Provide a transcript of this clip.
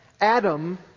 Adam